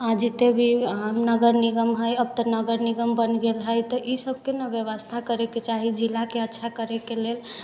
आ जतेक भी नगर निगम हइ अब तऽ नगर निगम बनि गेल हइ तऽ ईसभके ना व्यवस्था करयके चाही जिलाके अच्छा करयके लेल